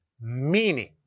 meaning